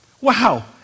wow